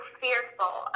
fearful